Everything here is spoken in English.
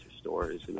stories